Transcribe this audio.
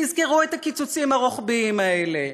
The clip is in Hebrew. תזכרו את הקיצוצים הרוחביים האלה.